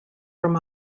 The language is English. from